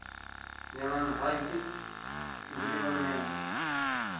ᱡᱮᱚᱱ ᱦᱚᱭ ᱦᱤᱸᱥᱤᱫ ᱡᱩᱫᱤ ᱵᱚᱱ ᱢᱮᱱᱟ